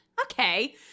okay